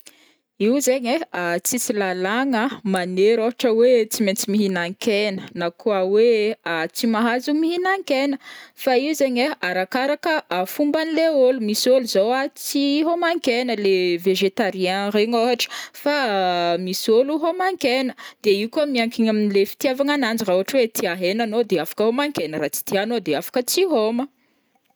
Io zaign ai tsisy lalàgna manery ohatra hoe tsy maintsy mihinan-kena na koa hoe tsy mahazo mihinan-kena, fa io zaigny ai arakaraka fomban'ilay ôlo, misy ôlo zao a tsy homan-kena le végétarien regny ohatra fa misy ôlo homan-kena, de io koa miankigna am le fitiavagn'ananjy, raha ohatra hoe tia hena anao de afaka homan-kena, de raha tsy tia anao de afaka tsy homagna.